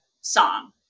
song